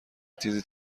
تیزی